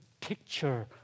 picture